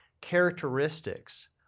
characteristics